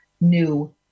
new